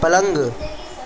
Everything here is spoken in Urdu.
پلنگ